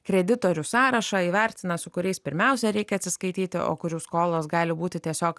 kreditorių sąrašą įvertina su kuriais pirmiausia reikia atsiskaityti o kurių skolos gali būti tiesiog